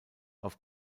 auf